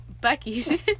Bucky's